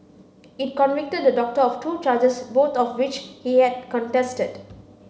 it convicted the doctor of two charges both of which he had contested